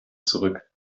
zurück